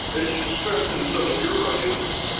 as you stressed in some of your writings,